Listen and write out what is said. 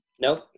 Nope